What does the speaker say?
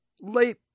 late